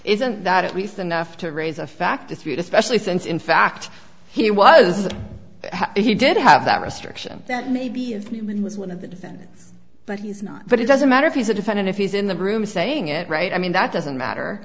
isn't that at least enough to raise a factor three especially since in fact he was that he did have that restriction that maybe if women was one of the defendants but he's not but it doesn't matter if he's a defendant if he's in the room saying it right i mean that doesn't matter